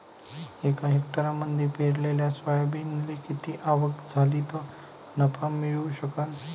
एका हेक्टरमंदी पेरलेल्या सोयाबीनले किती आवक झाली तं नफा मिळू शकन?